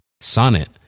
Sonnet